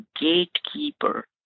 gatekeeper